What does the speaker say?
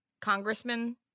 congressman